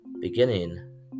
beginning